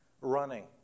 running